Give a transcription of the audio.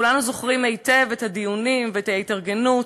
כולנו זוכרים היטב את הדיונים ואת ההתארגנות,